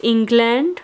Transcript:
England